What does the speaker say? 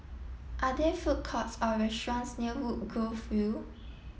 are there food courts or restaurants near Woodgrove View